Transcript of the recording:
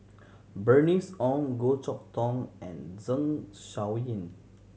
Bernice Ong Goh Chok Tong and Zeng Shouyin